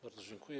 Bardzo dziękuję.